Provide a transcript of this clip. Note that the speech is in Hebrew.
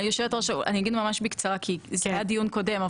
אני אגיד ממש בקצרה כי זה היה בדיון הקודם.